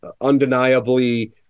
undeniably